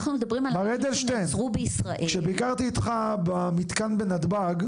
אנחנו מדברים על --- כשביקרתי איתך במתקן בנתב"ג,